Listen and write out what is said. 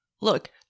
Look